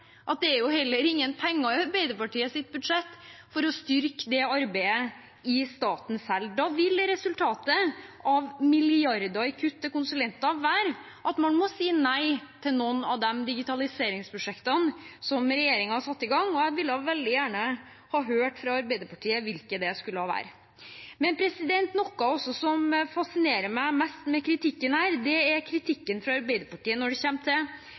at det ikke er penger i Arbeiderpartiets budsjett til å styrke det arbeidet i staten. Da vil resultatet av milliarder i kutt til konsulenter være at man må si nei til noen av de digitaliseringsprosjektene som regjeringen har satt i gang, og jeg ville veldig gjerne ha hørt fra Arbeiderpartiet hvilke det skulle være. Noe av det som fascinerer meg mest med kritikken her, er kritikken fra Arbeiderpartiet når det gjelder kommuneopplegget. Arbeiderpartiet sier altså at de øker handlingsrommet til